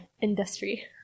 industry